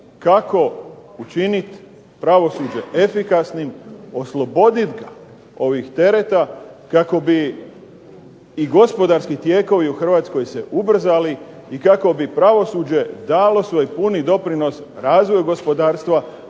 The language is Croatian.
kako učiniti pravosuđe efikasnim, osloboditi ga ovog tereta kako bi i gospodarski tijekovi u Hrvatskoj se ubrzali i kako bi pravosuđe dalo svoj puni doprinos razvoju gospodarstva